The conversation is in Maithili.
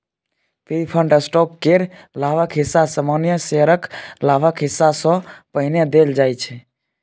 प्रिफर्ड स्टॉक केर लाभक हिस्सा सामान्य शेयरक लाभक हिस्सा सँ पहिने देल जाइ छै